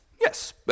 Yes